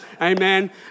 amen